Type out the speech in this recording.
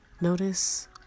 Notice